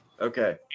Okay